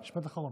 משפט אחרון.